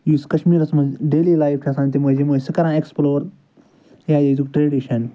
یُس کَشمیٖرَس منٛز ڈیلی لایِف چھِ آسان تِم ٲسۍ یِم ٲسۍ سُہ کران اٮ۪کٕسپُلور یا ییٚتیُک ٹرٛیڈِشَن